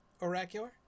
oracular